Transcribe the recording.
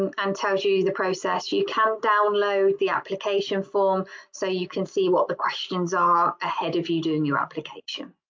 and um tells you you the process. you you can download the application form so you can see what the questions are ahead of you doing your application.